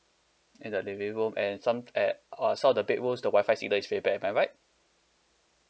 in the living room and some at uh some of the bedrooms the Wi-Fi signal is very bad am I right